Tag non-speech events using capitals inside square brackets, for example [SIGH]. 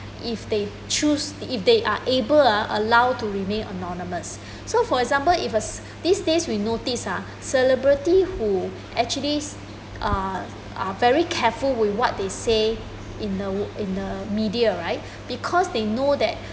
if they choose if they are able ah to allow to remain anonymous [BREATH] so for example if uh [BREATH] these days we notice ah [BREATH] celebrity who actually uh are very careful with what they in a in a media right [BREATH] because they know that